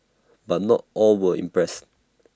but not all were impressed